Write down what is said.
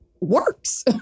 works